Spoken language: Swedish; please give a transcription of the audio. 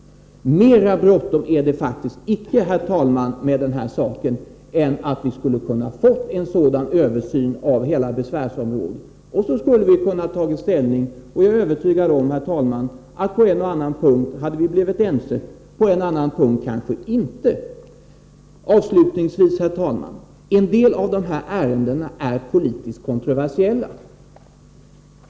Mera bråttom är det faktiskt icke, herr talman, med den här saken än att vi skulle ha kunnat få en sådan översyn av hela besvärsområdet — och så skulle vi ha kunnat ta ställning. Jag är övertygad, herr talman, om att vi på en och annan punkt hade blivit ense, på någon punkt kanske inte. Avslutningsvis, herr talman, vill jag säga att en del av dessa ärenden är politiskt kontroversiella.